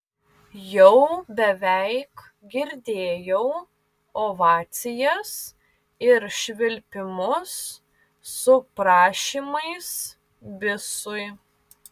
jau beveik girdėjau ovacijas ir švilpimus su prašymais bisui